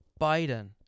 Biden